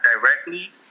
directly